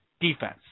defense